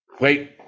Wait